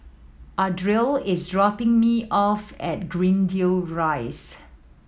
Ardell is dropping me off at Greendale Rise